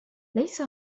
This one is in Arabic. ليس